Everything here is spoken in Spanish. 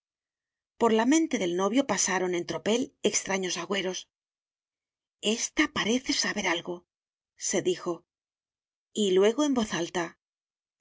por la mente del novio pasaron en tropel extraños agüeros esta parece saber algo se dijo y luego en voz alta